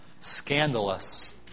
scandalous